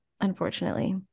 unfortunately